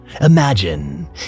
imagine